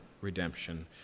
redemption